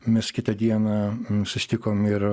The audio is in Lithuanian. mes kitą dieną susitikom ir